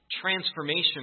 transformation